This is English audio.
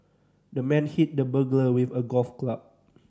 the man hit the burglar with a golf club